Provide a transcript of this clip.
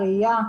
ראיה,